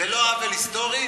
זה לא עוול היסטורי,